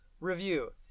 review